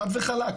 חד וחלק,